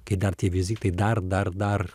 kai dar tie vizitai dar dar dar